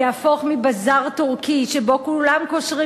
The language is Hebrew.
יהפוך מבזאר טורקי שבו כולם קושרים